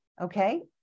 okay